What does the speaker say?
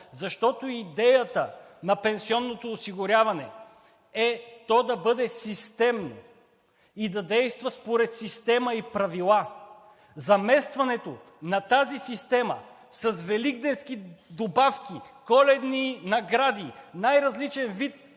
защото идеята на пенсионното осигуряване е то да бъде системно и да действа според система и правила. Заместването на тази система с великденски добавки, коледни награди, най-различен вид